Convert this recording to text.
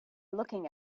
looking